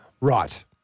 Right